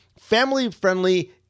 family-friendly